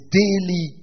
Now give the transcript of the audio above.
daily